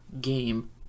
game